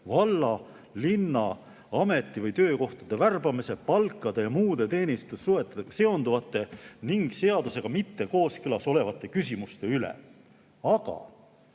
valla või linna ameti‑ või töökohtadele värbamise, palkade ja muude teenistussuhetega seonduvate ning seadusega mitte kooskõlas olevate küsimuste üle." Aga